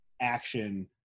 action